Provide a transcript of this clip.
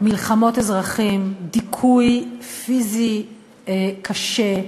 מלחמות אזרחים, דיכוי פיזי קשה,